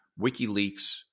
WikiLeaks